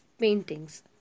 paintings